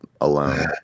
alone